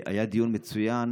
היה דיון מצוין.